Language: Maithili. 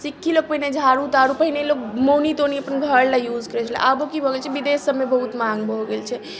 सिक्की लोक पहिने झाड़ू ताड़ू पहिने लोक मौनी तौनी अपन घरले यूज करैत छलै आब ओ की भऽ गेल छै विदेश सभमे बहुत माँग भऽ गेल छै